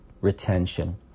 retention